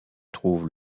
trouvent